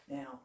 Now